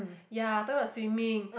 ya talking about swimming